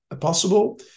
possible